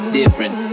different